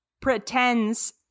pretends